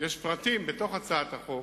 יש פרטים בהצעת החוק